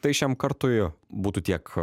tai šiam kartui būtų tiek